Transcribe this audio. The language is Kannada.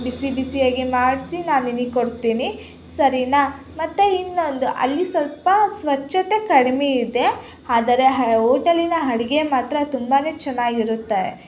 ಬಿಸಿ ಬಿಸಿಯಾಗಿ ಮಾಡಿಸಿ ನಾನು ನಿನಗ್ ಕೊಡ್ತೀನಿ ಸರಿನಾ ಮತ್ತೆ ಇನ್ನೊಂದು ಅಲ್ಲಿ ಸ್ವಲ್ಪ ಸ್ವಚ್ಛತೆ ಕಡಿಮೆ ಇದೆ ಆದರೆ ಆ ಓಟಲಿನ ಅಡ್ಗೆ ಮಾತ್ರ ತುಂಬಾ ಚೆನ್ನಾಗಿರುತ್ತೆ